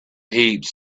heaps